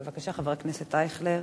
בבקשה, חבר הכנסת אייכלר,